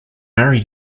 marry